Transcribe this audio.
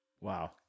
Wow